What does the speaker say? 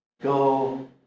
Go